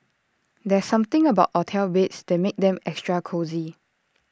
there's something about hotel beds that makes them extra cosy